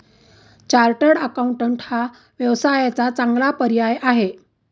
chartered accountant हा व्यवसायाचा चांगला पर्याय आहे